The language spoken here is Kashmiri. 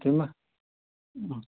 تِمہٕ